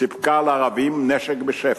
סיפקה לערבים נשק בשפע.